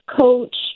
coach